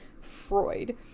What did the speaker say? Freud